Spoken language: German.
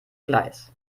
gleis